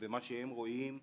במה שהם רואים,